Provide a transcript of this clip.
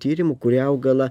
tyrimų kurie augalą